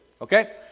okay